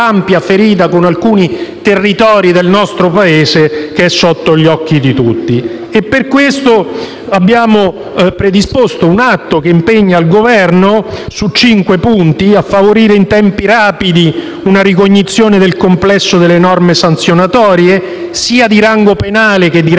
quell'ampia ferita con alcuni territori del nostro Paese che è sotto gli occhi di tutti. Per questo abbiamo predisposto un atto che impegna il Governo su cinque punti: a favorire in tempi rapidi una ricognizione del complesso delle norme sanzionatorie, sia di rango penale che di